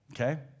Okay